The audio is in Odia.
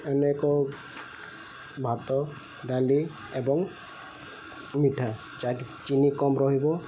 ଅନେକ ଭାତ ଡାଲି ଏବଂ ମିଠା ଯାହାକି ଚିନି କମ୍ ରହିବ